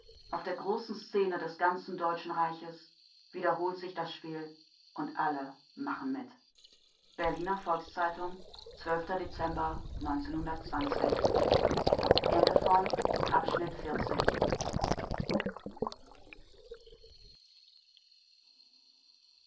auf der großen szene des ganzen deutschen reiches wiederholt sich das spiel und alle machen mit berliner volks-zeitung dezember